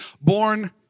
born